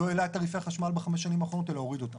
לא העלה את תעריפי החשמל בחמש שנים האחרונות אלא הוריד אותם,